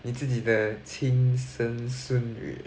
你自己的亲生孙女